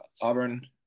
Auburn